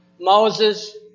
Moses